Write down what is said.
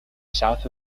south